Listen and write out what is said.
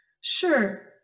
Sure